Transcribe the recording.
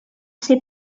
ser